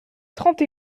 trente